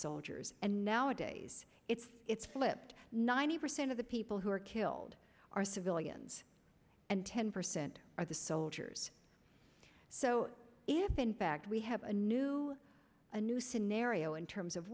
soldiers and nowadays it's it's flipped ninety percent of the people who are killed are civilians and ten percent are the soldiers so if in fact we have a new a new scenario in terms of